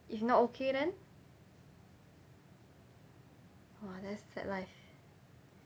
if not okay then !wah! that's sad life